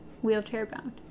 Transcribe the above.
wheelchair-bound